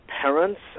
parents